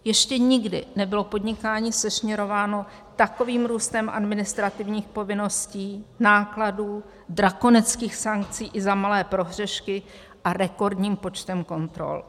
Ještě nikdy nebylo podnikání sešněrováno takovým růstem administrativních povinností, nákladů, drakonických sankcí i za malé prohřešky a rekordním počtem kontrol.